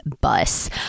bus